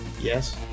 Yes